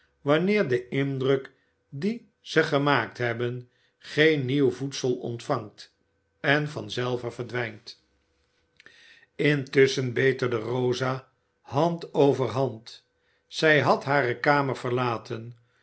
wanneer de indruk dien ze gemaakt hebben geen nieuw voedsel ontvangt en van zelve verdwijnt intusschen beterde rosa hand over hand zij had hare kamer verlaten